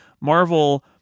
Marvel